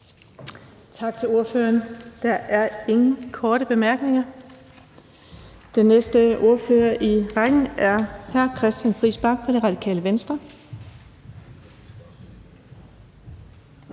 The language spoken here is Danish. Tak til ordføreren. Der er ingen korte bemærkninger. Den næste ordfører i rækken er hr. Christian Friis Bach fra Radikale Venstre.